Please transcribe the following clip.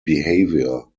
behavior